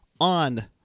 on